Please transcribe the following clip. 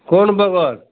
कोन बगल